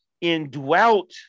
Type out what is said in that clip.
indwelt